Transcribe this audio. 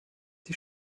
die